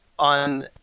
On